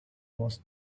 was